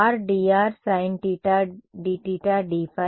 విద్యార్థి r dr r drsin θ dθ dϕ